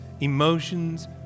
emotions